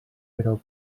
però